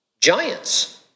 Giants